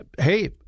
hey